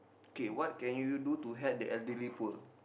okay what can you do to help the elderly poor